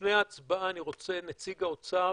לפני הצבעה אני רוצה את נציג האוצר,